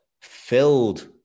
filled